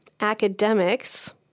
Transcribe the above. academics